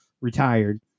Retired